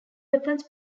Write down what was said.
weapons